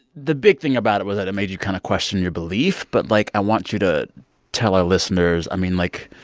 the big thing about it was that it made you kind of question your belief. but, like, i want you to tell our listeners i mean, like,